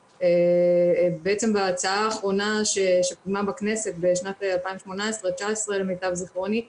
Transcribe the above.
בהצעה האחרונה שקודמה בכנסת בשנת 2019-2018 למיטב זיכרוני,